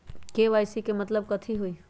KYC के मतलब कथी होई?